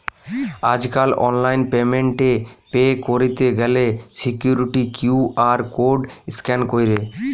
আজকাল online payment এ pay কইরতে গ্যালে সিকুইরিটি কিউ.আর কোড স্ক্যান কইরে